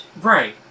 Right